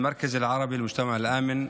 (אומר בערבית ומתרגם:)